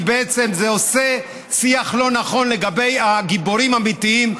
כי בעצם זה עושה שיח לא נכון לגבי הגיבורים האמיתיים,